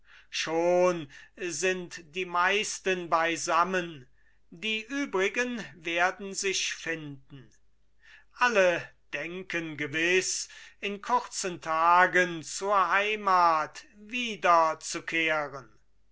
schon sind die meisten beisammen die übrigen werden sich finden alle denken gewiß in kurzen tagen zur heimat wiederzukehren